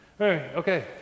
Okay